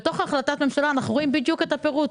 בתוך החלטת הממשלה אנחנו רואים בדיוק את הפירוט.